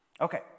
Okay